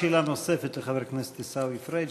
שאלה נוספת לחבר הכנסת עיסאווי פריג',